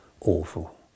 awful